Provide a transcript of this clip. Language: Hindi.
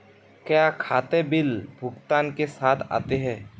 क्या खाते बिल भुगतान के साथ आते हैं?